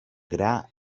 gra